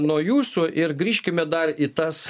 nuo jūsų ir grįžkime dar į tas